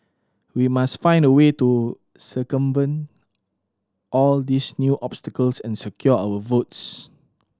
we must find a way to circumvent all these new obstacles and secure our votes